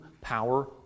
power